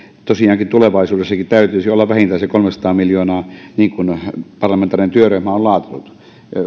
tosiaankin tulevaisuudessakin täytyisi olla vähintäänkin se kolmesataa miljoonaa niin kuin parlamentaarinen työryhmä on laatinut